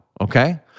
okay